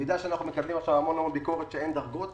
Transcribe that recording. אני יודע שאנחנו מקבלים עכשיו המון ביקורת שאין דרגות,